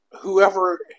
whoever